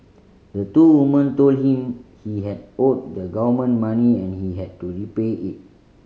the two women told him he had owed the government money and he had to repay it